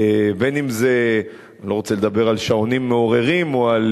אני לא רוצה לדבר על שעונים מעוררים או על